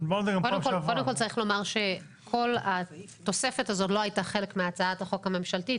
קודם כל צריך להגיד שכל התוספת הזאת לא הייתה חלק מהצעת החוק הממשלתי,